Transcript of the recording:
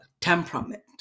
temperament